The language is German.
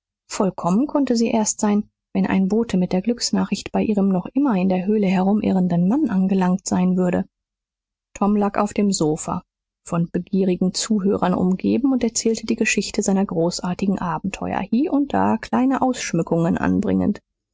vollkommen konnte sie erst sein wenn ein bote mit der glücksnachricht bei ihrem noch immer in der höhle herumirrenden mann angelangt sein würde tom lag auf dem sofa von begierigen zuhörern umgeben und erzählte die geschichte seiner großartigen abenteuer hie und da kleine ausschmückungen anbringend